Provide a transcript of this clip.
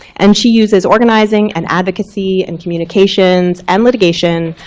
and she uses organizing and advocacy and communications and litigation